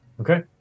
Okay